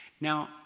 Now